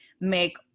make